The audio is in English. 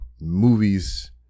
movies